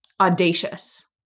audacious